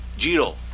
zero